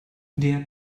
der